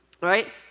right